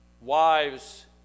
Wives